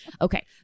Okay